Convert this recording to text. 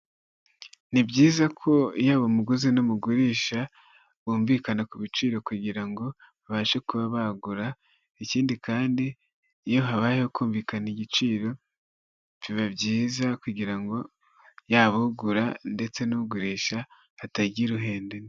Ni byiza ko yaba umuguzi n'umugurisha bumvikana ku biciro kugira ngo babashe kuba bagura, ikindi kandi iyo habayeho kumvikana igiciro biba byiza, kugira ngo yaba ugura ndetse n'ugurisha hatagira uruhenda undi.